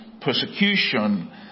persecution